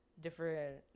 different